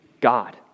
God